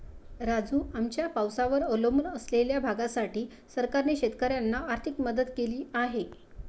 राजू, आमच्या पावसावर अवलंबून असलेल्या भागासाठी सरकारने शेतकऱ्यांना आर्थिक मदत केली आहे